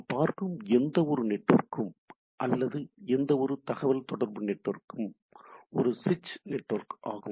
நாம் பார்க்கும் எந்தவொரு நெட்வொர்க்கும் அல்லது எந்தவொரு தகவல்தொடர்பு நெட்வொர்க்கும் ஒரு சுவிட்ச் நெட்வொர்க் ஆகும்